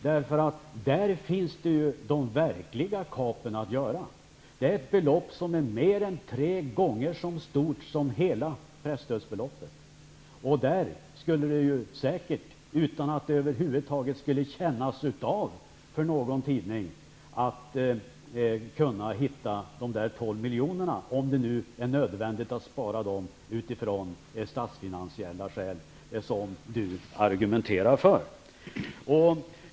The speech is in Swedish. Där finns ju det verkliga kapet att göra. Det är ett belopp som är mer än tre gånger så stort som hela presstödet. Där skulle det säkert gå att hitta de 12 miljonerna, utan att det över huvud taget skulle kännas av för någon tidning, om det nu är nödvändigt att spara dem utifrån statsfinansiella skäl, som Birger Hagård argumenterar för.